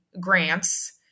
grants